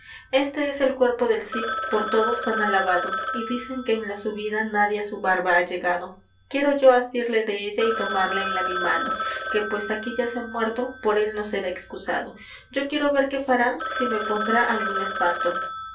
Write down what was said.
este es el cuerpo del cid por todos tan alabado y dicen que en la su vida nadie á su barba ha llegado quiero yo asirle della y tomarla en la mi mano que pues aquí yace muerto por él no será excusado yo quiero ver qué fará si me pondrá algún espanto